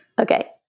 Okay